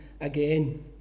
again